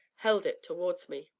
held it towards me.